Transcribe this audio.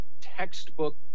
textbook